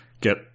get